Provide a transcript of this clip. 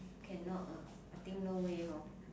cannot ah I think no way hor